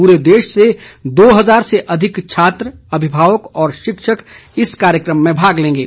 पूरे देश से दो हजार से अधिक छात्र अभिभावक और शिक्षक इस कार्यक्रम में भाग लेंगे